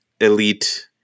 elite